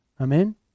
Amen